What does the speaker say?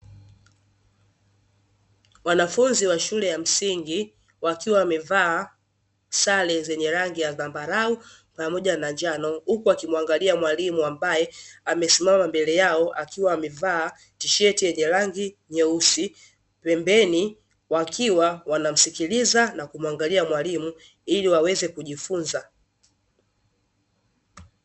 Wanafunzi wa shule ya msingi wakiwa wamevaa sare zenye rangi ya zambarau na pamoja njano, huku wakimuangalia mwalimu ambaye amesimama mbele yao, akiwa amevaa tisheti yenye rangi nyeusi, pembeni wakiwa wanamsikiliza na kumuangalia mwalimu, ili waweze kujifunza.